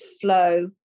flow